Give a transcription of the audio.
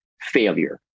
failure